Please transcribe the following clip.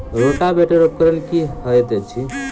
Rotavator उपकरण की हएत अछि?